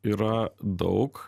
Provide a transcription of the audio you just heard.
yra daug